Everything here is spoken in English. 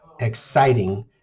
exciting